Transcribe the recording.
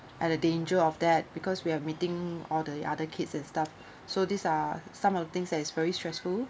at a danger of that because we have meeting all the other kids and stuff so these are some of the things that is very stressful